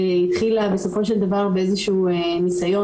והתחילה בסופו של דבר באיזשהו ניסיון